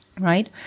right